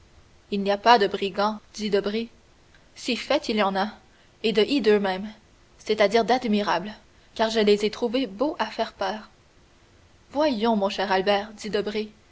il n'y a pas de brigands dit debray si fait il y en a et de hideux même c'est-à-dire d'admirables car je les ai trouvés beaux à faire peur voyons mon cher albert